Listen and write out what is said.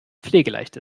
pflegeleicht